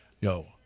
yo